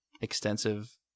extensive